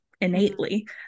innately